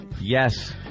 Yes